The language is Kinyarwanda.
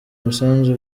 umusanzu